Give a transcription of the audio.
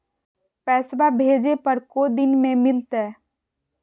पैसवा भेजे पर को दिन मे मिलतय?